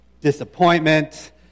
Disappointment